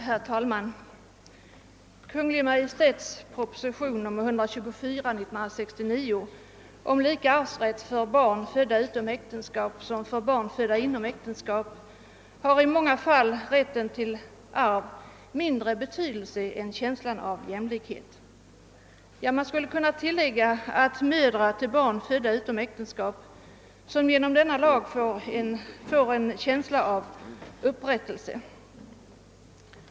Herr talman! Kungl. Maj:ts förslag i proposition 1969:124 gäller lika arvsrätt för barn födda utom äktenskap som för barn födda inom äktenskap. I många fall har rätten till arv mindre betydelse än känslan av jämlikhet. Man skulle kunna tillägga att mödrar till barn födda utom äktenskap genom denna lag får en känsla av upprättelse.